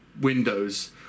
windows